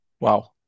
Wow